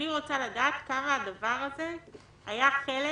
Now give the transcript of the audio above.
אני רוצה לדעת כמה זה היה חלק